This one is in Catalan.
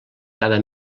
cada